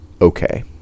okay